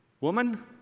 Woman